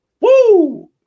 woo